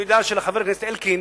אני יודע שחבר הכנסת אלקין